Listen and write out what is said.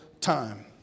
time